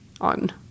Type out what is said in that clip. on